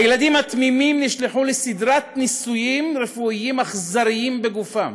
הילדים התמימים נשלחו לסדרת ניסויים רפואיים אכזריים בגופם,